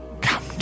come